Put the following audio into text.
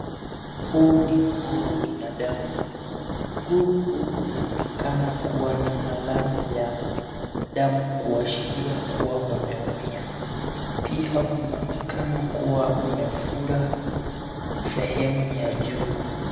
Huu ni mguu wa binadamu, mguu huu unaonekana kuwa na alama ya damu kuashiria kuwa umeumia. Pia unaonekana kuwa umefura sehemu ya juu.